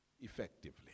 effectively